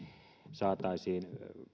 saataisiin